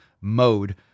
mode